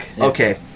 Okay